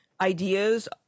ideas